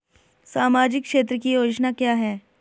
सामाजिक क्षेत्र की योजना क्या है?